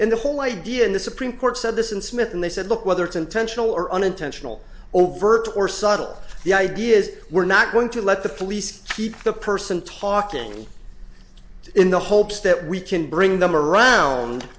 and the whole idea in the supreme court said this in smith and they said look whether it's intentional or unintentional overt or subtle the idea is we're not going to let the police keep the person talking in the hopes that we can bring them around